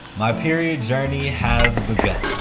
my period journey has begun.